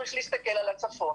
צריך להסתכל על הצפון.